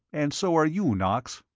and so are you, knox!